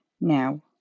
Now